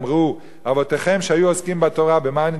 אבותיכם שהיו עוסקים בתורה במה הם התפרנסו?